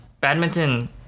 badminton